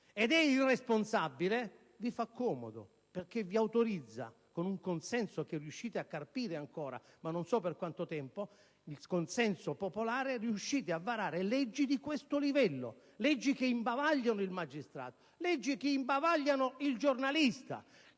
ed è irresponsabile vi fa comodo, perché vi autorizza, con un consenso popolare che riuscite a carpire ancora ma non so per quanto tempo, a varare leggi di questo livello, leggi che imbavagliano il magistrato e che imbavagliano il giornalista,